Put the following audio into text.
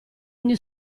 ogni